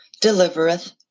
delivereth